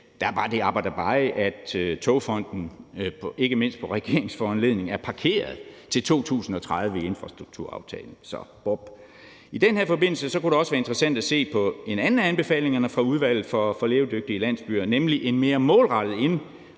er bare det aber dabei, at Togfonden DK ikke mindst på regeringens foranledning i infrastrukturaftalen er parkeret til 2030. I den her forbindelse kunne det også være interessant at se på en anden af anbefalingerne fra Udvalget for levedygtige landsbyer, nemlig en mere målrettet